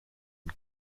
und